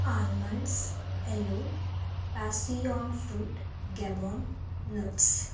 almonds aloe passion fruit Gabon nuts